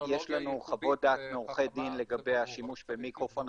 יש לנו חוות דעת מעורכי דין לגבי השימוש במיקרופון.